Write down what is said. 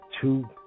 two